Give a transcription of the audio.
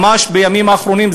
ממש בימים האחרונים,